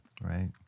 Right